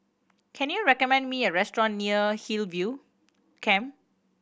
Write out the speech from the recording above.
can you recommend me a restaurant near Hillview Camp